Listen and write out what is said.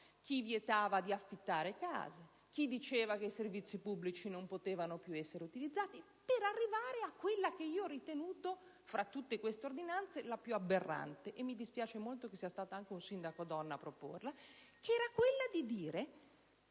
chi vietava di affittare case, chi diceva che i servizi pubblici non potevano più essere utilizzati, per arrivare a quella che ho ritenuto tra tutte l'ordinanza più aberrante - e mi dispiace molto che sia stato un sindaco donna a proporla - che vietava le